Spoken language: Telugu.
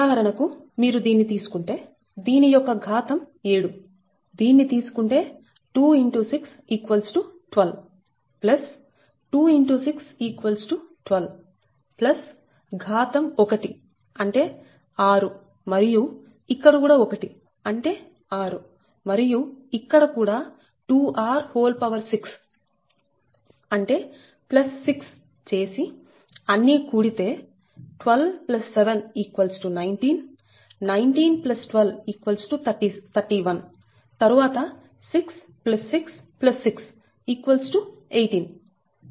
ఉదాహరణకుమీరు దీన్ని తీసుకుంటే దీని యొక్క ఘాతం 7 దీన్ని తీసుకుంటే 2 x 6 12 2 x 6 12 ఘాతం 1 అంటే 6 మరియు ఇక్కడ కూడా 1 అంటే 6 మరియు ఇక్కడ కూడా 6 అంటే 6 చేసి కూడితే 12 7 19 19 12 31 తరువాత 6 6 6 18